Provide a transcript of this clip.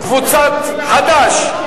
קבוצת חד"ש.